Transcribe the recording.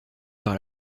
par